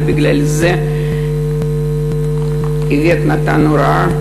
ובגלל זה איווט נתן הוראה,